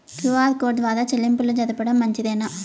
QR code ద్వారా చెల్లింపులు జరపడం మంచిదేనా?